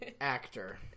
actor